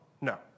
No